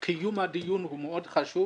קיום הדיון הוא מאוד חשוב.